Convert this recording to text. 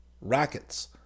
Rackets